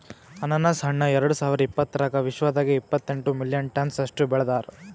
ಅನಾನಸ್ ಹಣ್ಣ ಎರಡು ಸಾವಿರ ಇಪ್ಪತ್ತರಾಗ ವಿಶ್ವದಾಗೆ ಇಪ್ಪತ್ತೆಂಟು ಮಿಲಿಯನ್ ಟನ್ಸ್ ಅಷ್ಟು ಬೆಳದಾರ್